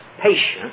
patient